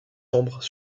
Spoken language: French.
sombres